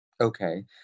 Okay